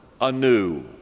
anew